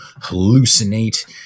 hallucinate